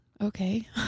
okay